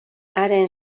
haren